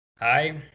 Hi